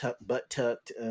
butt-tucked